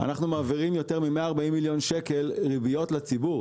אנחנו מעבירים יותר מ-140 מיליון שקל ריביות לציבור,